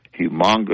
humongous